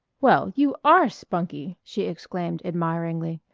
well, you are spunky! she exclaimed admiringly.